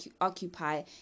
occupy